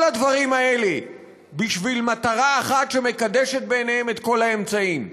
כל הדברים האלה בשביל מטרה אחת שמקדשת בעיניהם את כל האמצעים,